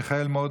משפט